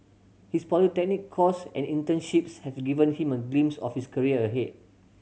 his polytechnic course and internships have given him a glimpse of his career ahead